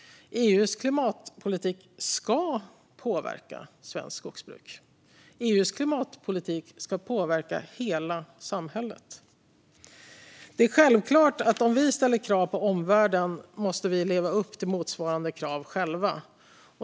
EU:s klimatpolitik ska påverka svenskt skogsbruk. Den ska påverka hela samhället. Det är självklart att om vi ställer krav på omvärlden måste vi själva leva upp till motsvarande krav.